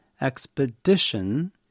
expedition